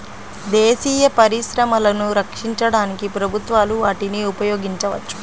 దేశీయ పరిశ్రమలను రక్షించడానికి ప్రభుత్వాలు వాటిని ఉపయోగించవచ్చు